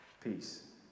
Peace